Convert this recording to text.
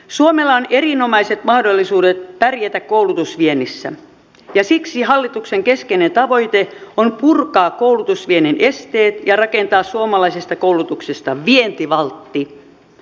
suomella on erinomaiset mahdollisuudet pärjätä koulutusviennissä ja siksi hallituksen keskeinen tavoite on purkaa koulutusviennin esteet ja rakentaa suomalaisesta koulutuksesta vientivaltti